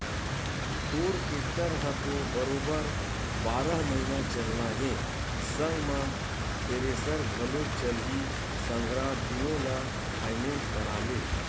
तोर टेक्टर ह तो बरोबर बारह महिना चलना हे संग म थेरेसर घलोक चलही संघरा दुनो ल फायनेंस करा ले